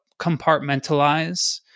compartmentalize